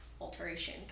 alteration